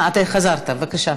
אתה חזרת, בבקשה,